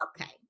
okay